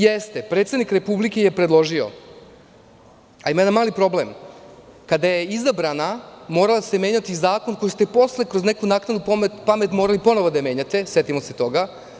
Jeste, predsednik republike ju je predložio, ali ima jedan mali problem. kada je izabrana, morao se menjati zakon koji ste posle kroz neku naknadnu pamet morali ponovo da ga menjate, setimo se toga.